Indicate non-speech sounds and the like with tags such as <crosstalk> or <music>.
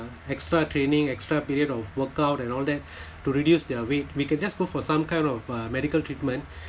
extra training extra period of workout and all that <breath> to reduce their weight we can just go for some kind of uh medical treatment